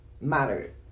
moderate